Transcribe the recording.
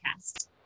podcast